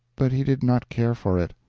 but he did not care for it.